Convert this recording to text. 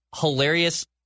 hilarious